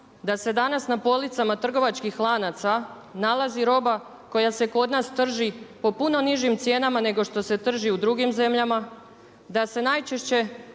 da se danas na policama trgovačkih lanaca nalazi roba koja se kod nas trži po puno nižim cijenama nego što se trži u drugim zemljama, da najčešće